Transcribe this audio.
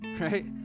right